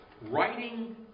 writing